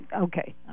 okay